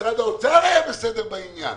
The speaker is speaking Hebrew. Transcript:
משרד האוצר היה בסדר בעניין.